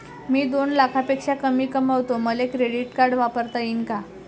मी दोन लाखापेक्षा कमी कमावतो, मले क्रेडिट कार्ड वापरता येईन का?